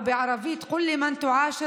או בערבית: (מתרגמת את המשפט לערבית.)